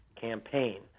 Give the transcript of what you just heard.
campaign